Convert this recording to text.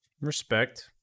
respect